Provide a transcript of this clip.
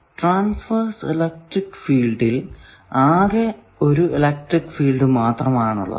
transverse electric ഫീൽഡിൽ ആകെ ഒരു ഇലക്ട്രിക്ക് ഫീൽഡ് മാത്രമാണുള്ളത്